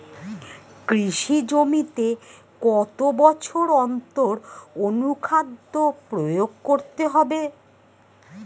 কৃষি জমিতে কত বছর অন্তর অনুখাদ্য প্রয়োগ করতে হবে?